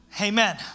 Amen